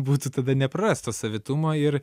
būtų tada neprarast to savitumo ir